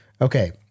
Okay